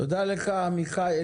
תודה לך, עמיחי.